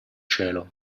cielo